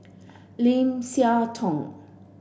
Lim Siah Tong